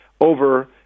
over